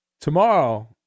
tomorrow